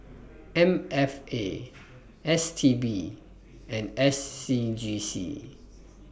M F A S T B and S C G C